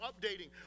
updating